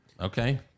okay